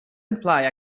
imply